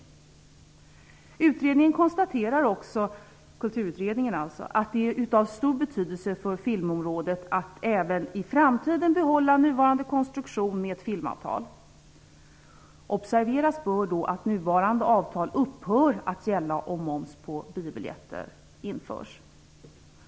Kulturutredningen konstaterar också att det är av stor betydelse för filmområdet att även i framtiden behålla nuvarande konstruktion med ett filmavtal. Observeras bör då att nuvarande avtal upphör att gälla om moms på biobiljetter införs.